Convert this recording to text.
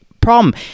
problem